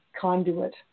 conduit